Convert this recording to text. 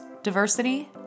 diversity